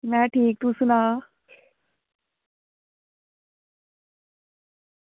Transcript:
में ठीक तू सना